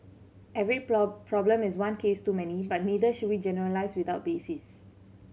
every problem is one case too many but neither should we generalise without basis